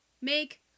Make